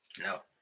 No